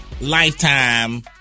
Lifetime